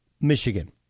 Michigan